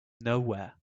nowhere